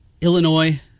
Illinois